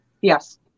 Yes